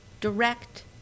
direct